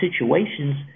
situations